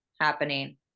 happening